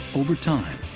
over time,